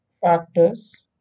factors